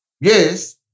Yes